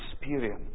experience